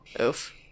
Oof